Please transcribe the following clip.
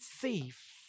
thief